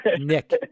Nick